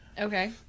Okay